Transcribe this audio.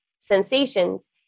sensations